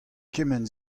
kement